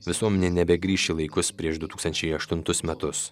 visuomenė nebegrįš į laikus prieš du tūkstančiai aštuntus metus